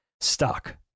stuck